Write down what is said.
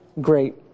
great